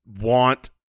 want